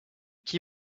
qui